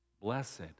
Blessed